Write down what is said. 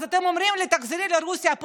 אתם אומרים לי: תחזרי לרוסיה,